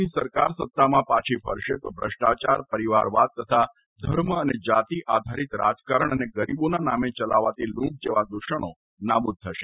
ની સરકાર સત્તામાં પાછી ફરશે તો ભ્રષ્ટાચાર પરિવારવાદ તથા ધર્મ અને જાતિ આધારીત રાજકારણ અને ગરીબોના નામે ચલાવાતી લૂંટ જેવા દૂષણો નાબૂદ થશે